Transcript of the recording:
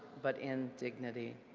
but in dignity.